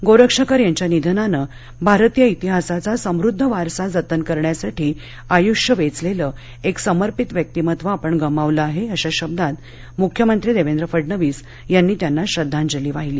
गोरक्षकर यांच्या निधनाने भारतीय इतिहासाचा समुद्ध वारसा जतन करण्यासाठी आयुष्य वेचलेले एक समर्पित व्यक्तिमत्त्व आपण गमावले आहे अशा शब्दात मुख्यमंत्री देवेंद्र फडणवीस यांनी त्यांना श्रद्धांजली वाहिली